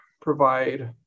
provide